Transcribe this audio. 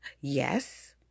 Yes